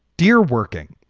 dear, working.